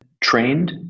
trained